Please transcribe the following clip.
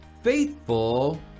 faithful